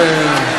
מה אתה אומר?